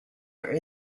are